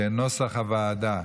כנוסח הוועדה.